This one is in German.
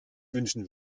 wünschen